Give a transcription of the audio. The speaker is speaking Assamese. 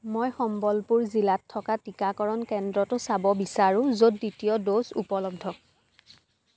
মই সম্বলপুৰ জিলাত থকা টিকাকৰণ কেন্দ্ৰটো চাব বিচাৰোঁ য'ত দ্বিতীয় ড'জ উপলব্ধ